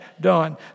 done